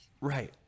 right